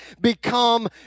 become